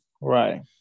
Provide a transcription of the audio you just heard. right